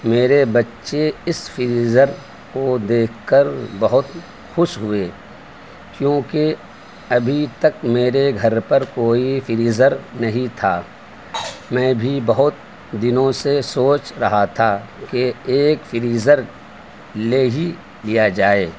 میرے بچے اس فریزر کو دیکھ کر بہت خوش ہوئے کیونکہ ابھی تک میرے گھر پر کوئی فریزر نہیں تھا میں بھی بہت دنوں سے سوچ رہا تھا کہ ایک فریزر لے ہی لیا جائے